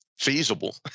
Feasible